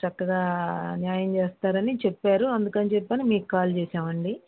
చక్కగా న్యాయం చేస్తారు అని చెప్పారు అందుకని చెప్పని మీకు కాల్ చేశామండి